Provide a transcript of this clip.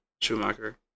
schumacher